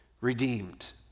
redeemed